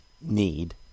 need